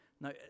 No